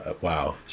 Wow